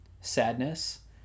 sadness